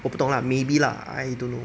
我不懂 lah maybe lah I don't know